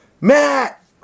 Matt